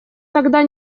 тогда